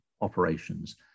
operations